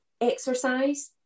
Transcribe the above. exercise